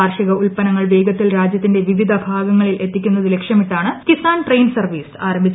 കാർഷിക ഉൽപ്പന്നങ്ങൾ വേഗത്തിൽ രാജ്യത്തിന്റെ വിവിധ ഭാഗങ്ങളിൽ എത്തിക്കുന്നത് ലക്ഷ്യമിട്ടാണ് കിസാൻ ട്രെയിൻ സർവീസ് ആരംഭിച്ചത്